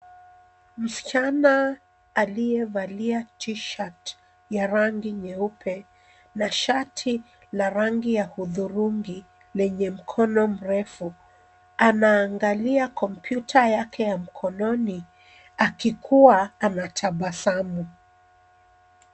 Msichana aliyevalia t-shirt ya rangi nyeupe na shati la rangi ya hudhurungi lenye mkono mrefu anaangalia kompyuta yake ya mkononi akikuwa anatabasamu.